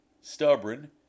stubborn